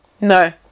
no